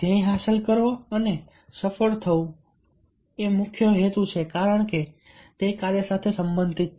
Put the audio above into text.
ધ્યેય હાંસલ કરો અને તેઓ સફળ થાય છે કારણ કે તે કાર્ય સાથે સંબંધિત છે